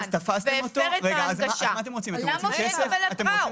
במכוון והפר את ההנגשה, למה שהוא יקבל התראה?